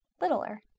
littler